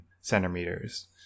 centimeters